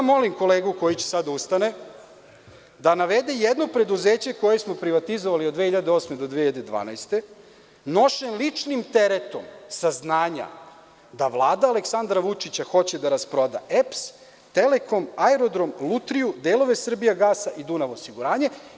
Molim kolegu koji će sada da ustane da navede jedno preduzeće koje smo privatizovali od 2008. do 2012. godine, nošen ličnim teretom saznanja da Vlada Aleksandra Vučića hoće da rasproda EPS, „Telekom“, Aerodrom, „Lutriju“, delove „Srbijagasa“ i „Dunav osiguranje“